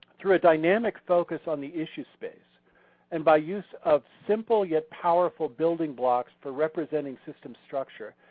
through a dynamic focus on the issue space and by use of simple yet powerful building blocks for representing systems structure,